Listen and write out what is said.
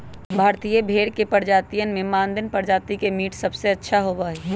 भारतीयन भेड़ के प्रजातियन में मानदेय प्रजाति के मीट सबसे अच्छा होबा हई